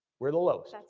we're the lowest.